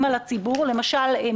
עם כל הצורך שלנו לקבל תמיכה